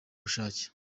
bushake